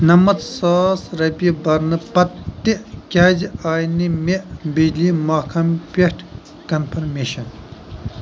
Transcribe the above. نَمَتھ ساس رۄپیہِ بَرنہٕ پتہٕ تہِ کیٛازِ آے نہِ مےٚ بجلی محکم پٮ۪ٹھ کنفرمیشَن